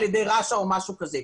על ידי רש"א או משהו כזה.